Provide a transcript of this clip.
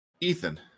Ethan